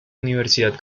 universidad